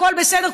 הכול בסדר,